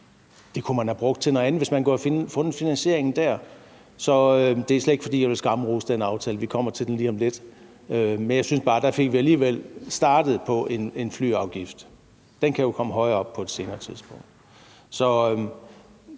så kunne man have brugt den til noget andet, hvis man kunne have fundet finansieringen der. Så det er slet ikke, fordi jeg vil skamrose den aftale – vi kommer til den lige om lidt – men jeg synes bare, at der fik vi alligevel startet på en flyafgift. Den kan jo komme højere op på et senere tidspunkt.